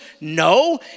No